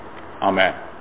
amen